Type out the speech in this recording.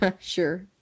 Sure